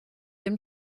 dem